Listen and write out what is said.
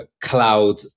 cloud